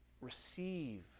receive